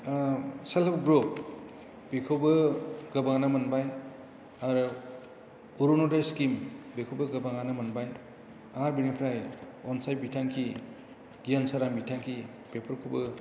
ओह self help group बेखौबो गोबांआनो मोनबाय आरो अरुन'दय सिकिम बेखौबो गोबांआनो मोनबाय आर बेनिफ्राय अनसाय बिथांखि गियान सोरां बिथांखि बेफोरखौबो